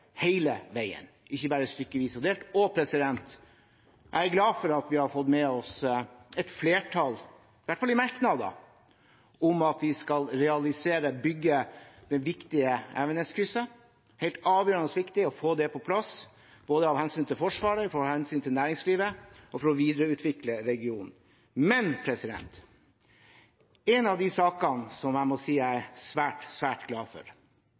hele veien, ikke bare stykkevis og delt. Jeg er glad for at vi har fått med oss et flertall, i hvert fall i merknader, på at vi skal realisere og bygge det viktige Evenes-krysset. Det er helt avgjørende viktig å få det på plass, både av hensyn til Forsvaret, av hensyn til næringslivet og for å videreutvikle regionen. Men en av de sakene jeg må si at jeg er svært, svært glad for,